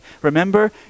remember